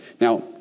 Now